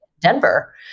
Denver